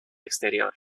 exterior